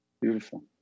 Beautiful